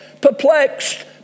perplexed